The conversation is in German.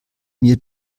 mir